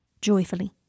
joyfully